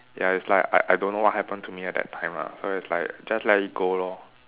ya it's like I I don't know what happen to me at that time ah so it's like just let it go lor